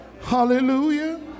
Hallelujah